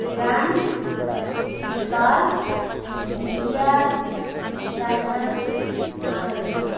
Bhutan Nepal India China America